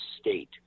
state